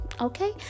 Okay